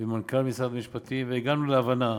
ועם מנכ"ל משרד המשפטים והגענו להבנה,